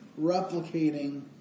replicating